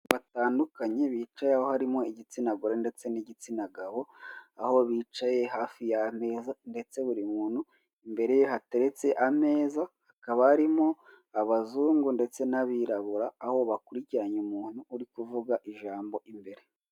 Batandukanye bicayeho, harimo igitsina gore ndetse n'igitsina gabo, aho bicaye hafi y'ameza ndetse buri muntu imbere ye hateretse ameza, hakaba harimo abazungu ndetse n'abirabura, aho bakurikiranye umuntu uri kuvuga ijambo imbere.